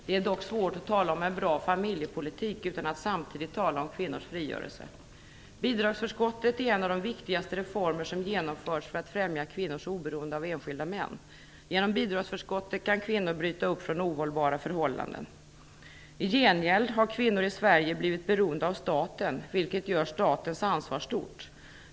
Det är dock svårt att tala om en bra familjepolitik utan att samtidigt tala om kvinnors frigörelse. Bidragsförskottet är en av de viktigaste reformer som genomförts för att främja kvinnors oberoende av enskilda män. Genom bidragsförskottet kan kvinnor bryta upp från ohållbara förhållanden. I gengäld har kvinnor i Sverige blivit beroende av staten, vilket gör statens ansvar stort.